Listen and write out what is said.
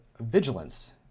vigilance